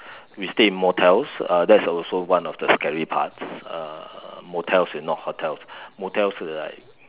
we stay in motels uh that's also one of the scary parts uh motels is not hotels motels is like